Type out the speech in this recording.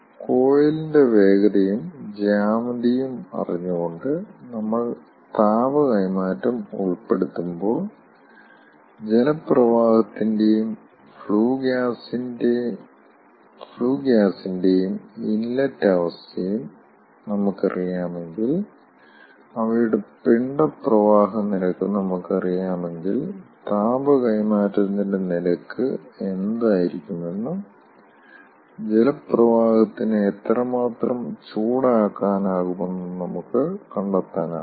കോയിലിൻ്റെ വേഗതയും ജ്യാമിതിയും അറിഞ്ഞുകൊണ്ട് നമ്മൾ താപ കൈമാറ്റം ഉൾപ്പെടുത്തുമ്പോൾ ജലപ്രവാഹത്തിന്റെയും ഫ്ലൂ ഗ്യാസിന്റെയും ഇൻലെറ്റ് അവസ്ഥയും നമുക്കറിയാമെങ്കിൽ അവയുടെ പിന്ധ പ്രവാഹ നിരക്ക് നമുക്കറിയാമെങ്കിൽ താപ കൈമാറ്റത്തിന്റെ നിരക്ക് എന്തായിരിക്കുമെന്നും ജലപ്രവാഹത്തിനെ എത്രമാത്രം ചൂടാക്കാനാകുമെന്നും നമുക്ക് കണ്ടെത്താനാകും